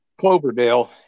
Cloverdale